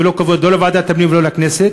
ולא לכבודה של ועדת הפנים ושל הכנסת.